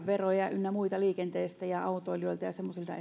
veroista ynnä muista mitä peritään liikenteestä ja autoilijoilta ja semmoisilta